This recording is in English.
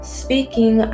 speaking